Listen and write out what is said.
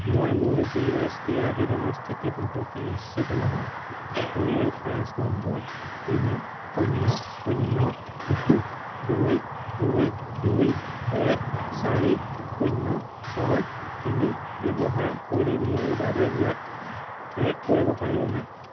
মই মোৰ G S T আবেদনৰ স্থিতি সম্পৰ্কে নিশ্চিত নহয় আপুনি ৰেফাৰেন্স নম্বৰ তিনি শূন্য শূন্য দুই দুই দুই দুই এক চাৰি শূন্য ছয় তিনি ব্যৱহাৰ কৰি মোৰ বাবে ইয়াক ট্ৰেক কৰিব পাৰিবনে